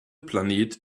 planet